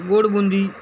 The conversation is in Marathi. गोड बुंदी